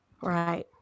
Right